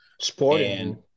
Sporting